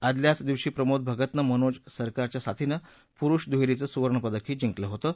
आदल्याच दिवशी प्रमोद भगतनं मनोज सरकारच्या साथीनं पुरुष दुहरीींचं सुवर्णपदकही जिंकलं होतं